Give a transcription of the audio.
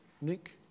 Nick